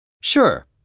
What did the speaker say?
Sure